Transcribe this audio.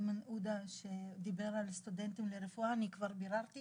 איימן עודה שדיבר על סטודנטים לרפואה, ביררתי